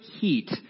heat